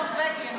אני בחוק הנורבגי,